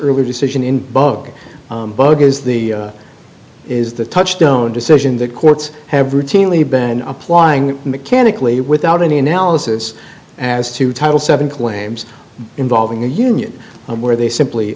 earlier decision in both the bug is the is the touchstone decision that courts have routinely been applying mechanically without any analysis as to title seven claims involving a union where they simply